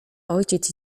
ojciec